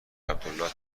عبدالله